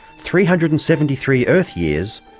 three hundred and seventy three earth years,